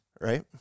Right